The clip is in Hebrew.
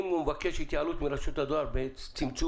אם הוא מבקש התייעלות מרשות הדואר בצמצום,